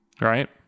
Right